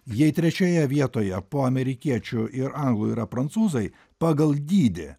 jei trečioje vietoje po amerikiečių ir anglų yra prancūzai pagal dydį